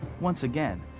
once again,